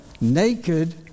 naked